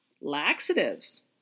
Laxatives